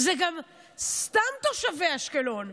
אלו גם סתם תושבי אשקלון.